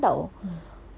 !wow!